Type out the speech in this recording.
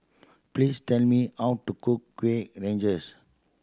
please tell me how to cook Kueh Rengas